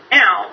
now